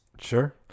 Sure